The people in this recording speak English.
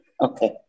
Okay